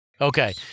Okay